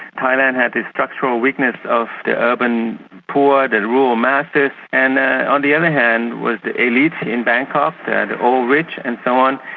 thailand had this structural weakness of the urban poor, the and rural masses, and ah on the other hand was the elites in bangkok, and the old rich and so on.